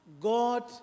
god